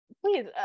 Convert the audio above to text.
Please